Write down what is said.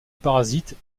parasites